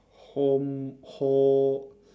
hom~ ho~